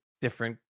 different